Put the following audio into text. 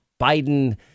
Biden